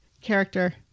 character